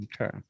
Okay